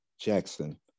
Jackson